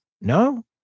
no